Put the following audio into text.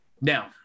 Now